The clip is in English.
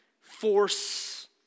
force